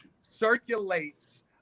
circulates